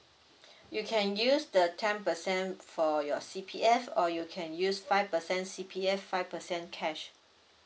you can use the ten percent for your C_P_F or you can use five percent C_P_F five percent cash